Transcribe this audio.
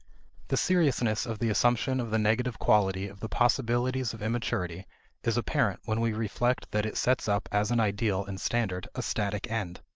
the seriousness of the assumption of the negative quality of the possibilities of immaturity is apparent when we reflect that it sets up as an ideal and standard a static end.